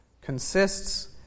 consists